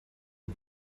het